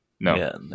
No